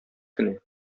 кенә